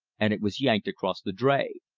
and it was yanked across the dray.